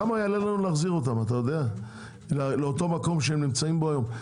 כמה יעלה לנו להחזיר אותם לאותו מקום שהם נמצאים בו היום?